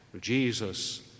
Jesus